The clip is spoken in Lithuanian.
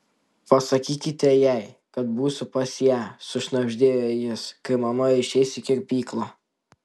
pasakykite jai kad būsiu pas ją sušnabždėjo jis kai mama išeis į kirpyklą